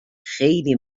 خیلی